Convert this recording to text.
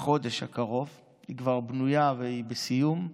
בחודש הקרוב, היא כבר בנויה והיא בסיום.